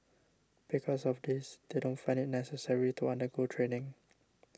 because of this they don't find it necessary to undergo training